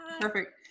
Perfect